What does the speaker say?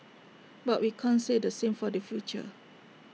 but we can't say the same for the future